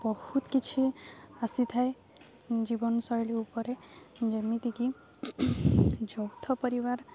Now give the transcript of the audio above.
ବହୁତ କିଛି ଆସିଥାଏ ଜୀବନଶୈଳୀ ଉପରେ ଯେମିତିକି ଯୌଥ ପରିବାର